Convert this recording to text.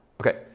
Okay